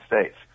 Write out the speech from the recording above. States